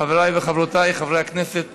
חבריי וחברותיי חברי הכנסת